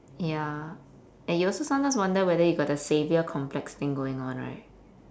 ya and you also sometimes wonder whether you got the saviour complex thing going on right